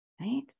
Right